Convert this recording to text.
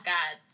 God